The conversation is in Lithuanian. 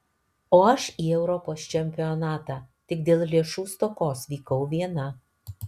o aš į europos čempionatą tik dėl lėšų stokos vykau viena